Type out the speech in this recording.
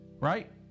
Right